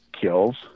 kills